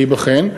להיבחן.